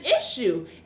issue